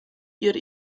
ihre